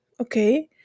Okay